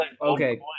Okay